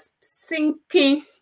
sinking